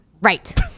Right